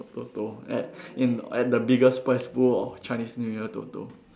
Toto at in at the biggest prize pool of Chinese new year Toto